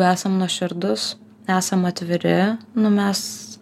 esam nuoširdus esam atviri nu mes